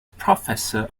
professor